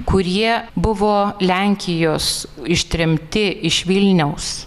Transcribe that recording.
kurie buvo lenkijos ištremti iš vilniaus